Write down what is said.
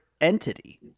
entity